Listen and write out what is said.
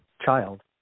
child